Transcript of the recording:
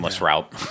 route